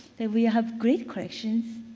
that we have great questions.